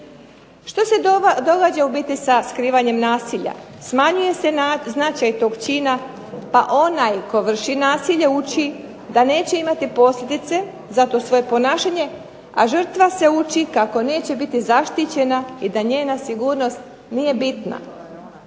Što se događa u biti sa skrivanjem nasilja? Smanjuje se značaj tog čina pa onaj tko vrši nasilje uči da neće imati posljedice za to svoje ponašanje, a žrtva se uči kako neće biti zaštićena i da njena sigurnost nije bitna.